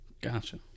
Gotcha